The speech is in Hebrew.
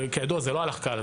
כידוע, זה לא הלך קל.